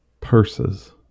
Purses